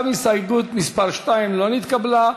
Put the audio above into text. גם הסתייגות מס' 2 לא נתקבלה.